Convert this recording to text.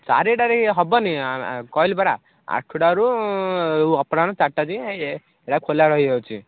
ଚାରିଟାରେ ଇଏ ହବନି କହିଲି ପରା ଆଠଟାରୁ ଅପରାହ୍ନ ଚାରିଟା ଯାଏ ଇଏ ଏଇଟା ଖୋଲା ରହିଯାଉଛି